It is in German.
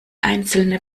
einzelne